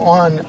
on